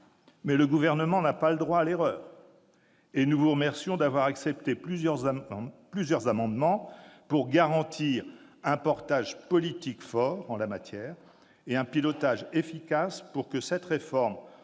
le Gouvernement n'a pas le droit à l'erreur et nous vous remercions d'avoir accepté plusieurs amendements pour garantir un portage politique fort en la matière et un pilotage efficace pour que cette réforme offre de